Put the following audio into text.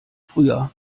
früher